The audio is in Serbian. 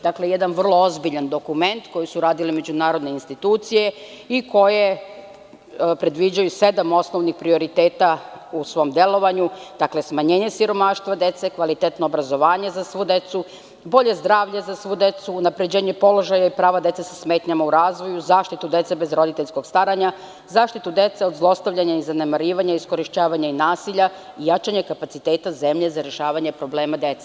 Dakle, jedan vrlo ozbiljan dokument koje su radile međunarodne institucije i koje predviđaju sedam osnovnih prioriteta u svom delovanju – smanjenje siromaštva dece, kvalitetno obrazovanje za svu decu, bolje zdravlje za svu decu, unapređenje položaja i prava dece sa smetnjama u razvoju, zaštitu dece bez roditeljskog staranja, zaštitu dece od zlostavljanja, zanemarivanja, iskorišćavanja i nasilja, jačanje kapaciteta zemlje za rešavanje problema dece.